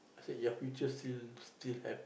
I said your future still still have